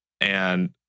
And-